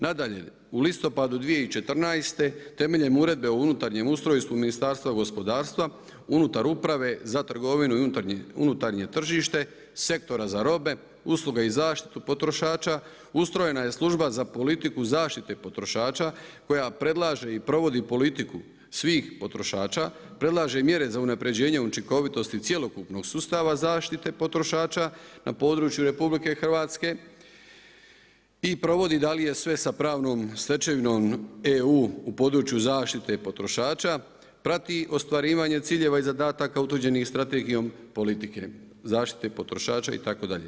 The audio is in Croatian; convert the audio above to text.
Nadalje, u listopadu 2014. temeljem Uredbe o unutarnjem ustrojstvu Ministarstva gospodarstva unutar uprave za trgovinu i unutarnje tržište, sektora za robe, usluge i zaštitu potrošača ustrojena je služba za politiku zaštite potrošača koja predlaže i provodi politiku svih potrošača, predlaže mjere za unapređenje učinkovitosti cjelokupnog sustava zaštite potrošača na području RH i provodi da li je sve sa pravom stečevinom EU u području zaštite potrošača, prati ostvarivanje ciljeva i zadataka utvrđenih Strategijom politike, zaštite potrošača itd.